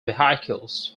vehicles